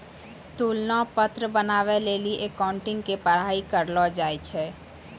तुलना पत्र बनाबै लेली अकाउंटिंग के पढ़ाई करलो जाय छै